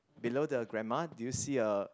below the grandma do you see a